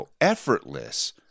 Effortless